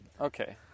Okay